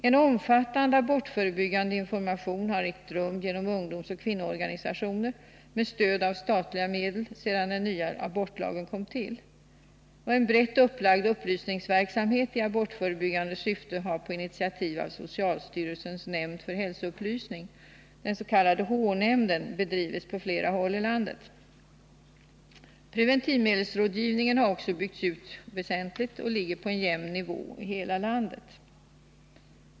En omfattande abortförebyggande information har ägt rum genom ungdomsoch kvinnoorganisationer med stöd av statliga medel sedan den nya abortlagen kom till. En brett upplagd upplysningsverksamhet i abortförebyggande syfte har på initiativ av socialstyrelsens nämnd för hälsoupplysning, den s.k. H-nämnden, bedrivits på flera håll i landet. Preventivmedelsrådgivningen har också byggts ut väsentligt och ligger nu på en jämn nivå i hela landet.